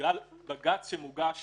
בגלל בג"ץ שמוגש